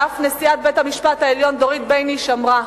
ואף נשיאת בית-המשפט העליון דורית בייניש אמרה: